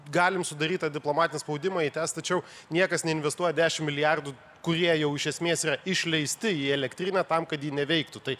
galim sudaryt tą diplomatinį spaudimą jį tęst tačiau niekas neinvestuoja dešim milijardų kurie jau iš esmės yra išleisti į elektrinę tam kad ji neveiktų tai